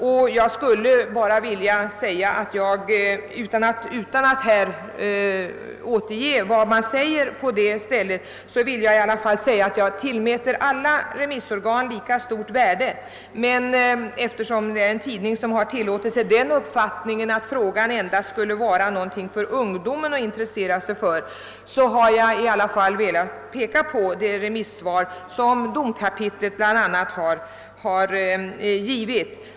Utan att återge vad dessa remissinstanser säger på denna punkt vill jag framhålla att jag tillmäter alla remissorgan lika stort värde. Eftersom en tidning har tillåtit sig den uppfattningen att denna fråga endast skulle vara någonting för ungdomen att intressera sig för, har jag emellertid velat peka på det remissvar som domkapitlet i Uppsala har avgivit.